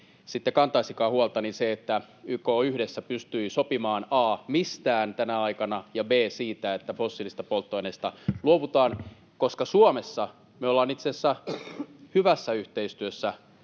sitten kantaisikaan huolta — että YK yhdessä pystyi sopimaan a) mistään tänä aikana ja b) siitä, että fossiilisista polttoaineista luovutaan, koska Suomessa me ollaan itse asiassa hyvässä yhteistyössä